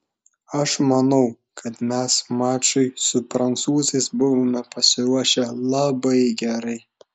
aš manau kad mes mačui su prancūzais buvome pasiruošę labai gerai